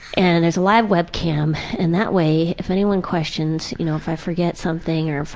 and there's a live webcam and that way, if anyone questions you know if i forget something or if i.